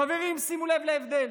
חברים, שימו לב להבדל: